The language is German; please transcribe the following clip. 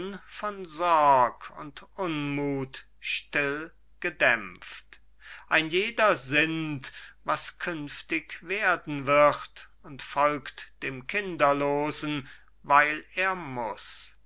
von sorg und unmuth still gedämpft ein jeder sinnt was künftig werden wird und folgt dem kinderlosen weil er muß